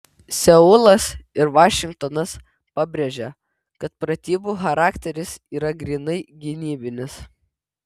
seulas ir vašingtonas pabrėžė kad pratybų charakteris yra grynai gynybinis